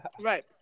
Right